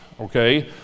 okay